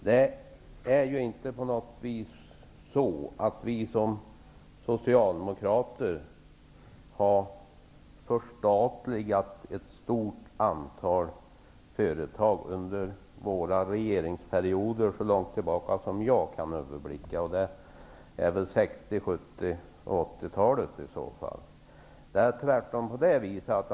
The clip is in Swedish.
Herr talman! Det är ju inte alls så att det är vi Socialdemokrater som har förstatligat ett stort antal företag under våra regeringsperioder, åtminstone inte så långt tillbaka som jag kan överblicka, dvs. under 1960-, 1970 och 1980-talen.